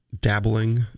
dabbling